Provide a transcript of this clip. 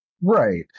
Right